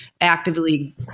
actively